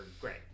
great